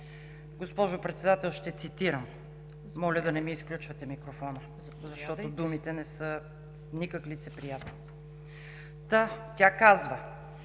госпожо Председател, ще цитирам, моля да не ми изключвате микрофона, защото думите не са никак лицеприятни, та тя казва: